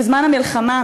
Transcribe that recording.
בזמן המלחמה,